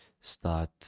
start